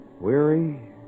weary